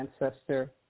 ancestor